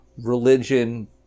religion